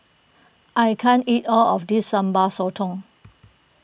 I can't eat all of this Sambal Sotong